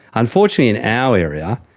unfortunately in our area,